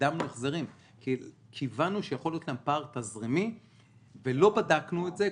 הקדמנו החזרים כי הבנו שיכול להיות להם פער תזרימי ולא בדקנו את זה.